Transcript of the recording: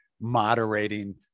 moderating